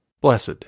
blessed